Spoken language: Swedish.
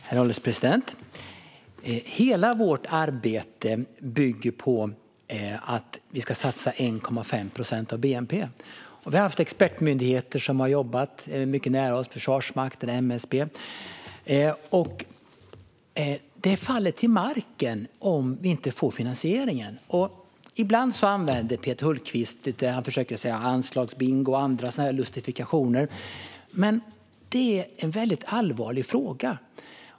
Herr ålderspresident! Hela vårt arbete bygger på att vi ska satsa 1,5 procent av bnp. Vi har haft expertmyndigheter, Försvarsmakten och MSB, som har jobbat mycket nära oss. Detta faller till marken om vi inte får finansieringen. Ibland använder Peter Hultqvist uttryck som "anslagsbingo" och andra lustifikationer. Men det är en väldigt allvarlig fråga.